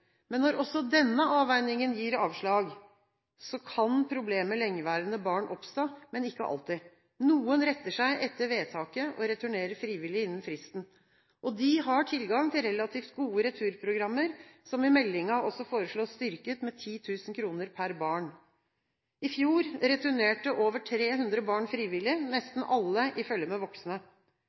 men ikke alltid. Noen retter seg etter vedtaket og returnerer frivillig innen fristen. De har tilgang til relativt gode returprogrammer, som i meldingen også foreslås styrket med 10 000 kr per barn. I fjor returnerte over 300 barn frivillig, nesten alle i følge med voksne.